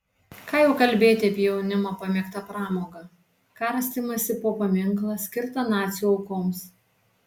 ką jau kalbėti apie jaunimo pamėgtą pramogą karstymąsi po paminklą skirtą nacių aukoms